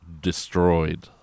destroyed